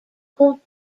called